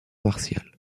martial